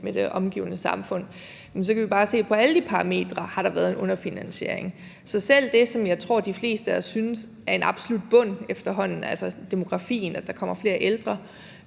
med det omgivende samfund, og så kan vi bare se, at på alle de parametre har der været en underfinansiering. Så selv det, som jeg tror de fleste af os synes er en absolut bund efterhånden, altså demografien, at der kommer flere ældre,